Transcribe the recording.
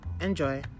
Enjoy